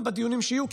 גם בדיונים שיהיו,